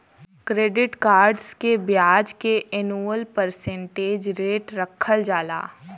credit cards के ब्याज के एनुअल परसेंटेज रेट रखल जाला